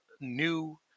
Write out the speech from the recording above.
new